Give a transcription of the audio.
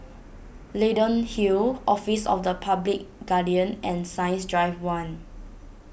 Leyden Hill Office of the Public Guardian and Science Drive one